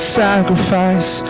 sacrifice